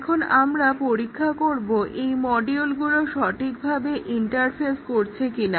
এখন আমরা পরীক্ষা করব এই মডিউলগুলো সঠিকভাবে ইন্টারফেস করছে কিনা